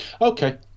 Okay